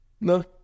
No